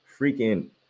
freaking